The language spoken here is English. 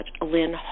Lynn